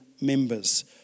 members